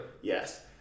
Yes